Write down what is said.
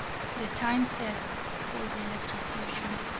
the time set for the electrocution.